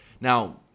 Now